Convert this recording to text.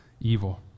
evil